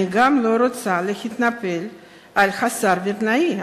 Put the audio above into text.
אני גם לא רוצה להתנפל על השר וילנאי.